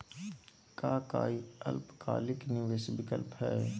का काई अल्पकालिक निवेस विकल्प हई?